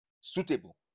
suitable